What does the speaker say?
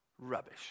rubbish